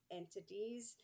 entities